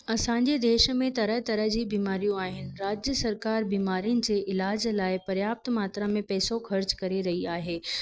असांजे देश में तरह तरह जी बिमारियूं आहिनि राज्य सरकार बीमारियुनि जे इलाज लाइ पर्याप्त मात्रा में पेसो ख़र्च करे रही आहे